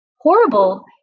horrible